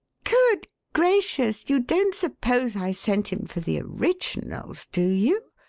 good gracious, you don't suppose i sent him for the originals, do you?